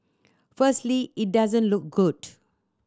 firstly it doesn't look good